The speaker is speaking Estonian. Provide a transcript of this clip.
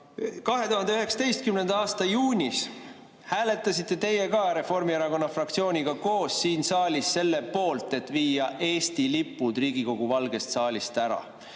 2019. aasta juunis hääletasite teie ka Reformierakonna fraktsiooniga koos siin saalis selle poolt, et viia Eesti lipud Riigikogu Valgest saalist ära.